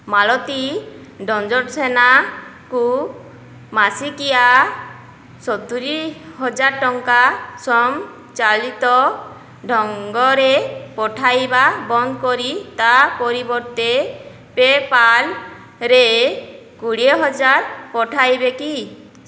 ମାଳତୀ ଦଣ୍ଡସେନାଙ୍କୁ ମାସିକିଆ ସତୁରୀ ହଜାର ଟଙ୍କା ସ୍ୱୟଂ ଚାଳିତ ଢଙ୍ଗରେ ପଠାଇବା ବନ୍ଦ କରି ତା ପରିବର୍ତ୍ତେ ପେପାଲରେ କୋଡ଼ିଏ ହଜାର ପଠାଇବେ କି